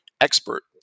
expert